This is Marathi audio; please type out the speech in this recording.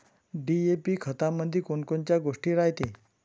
डी.ए.पी खतामंदी कोनकोनच्या गोष्टी रायते?